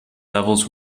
levels